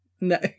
No